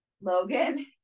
Logan